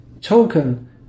token